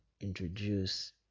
introduce